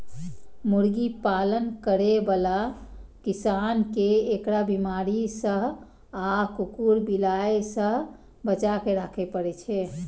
मुर्गी पालन करै बला किसान कें एकरा बीमारी सं आ कुकुर, बिलाय सं बचाके राखै पड़ै छै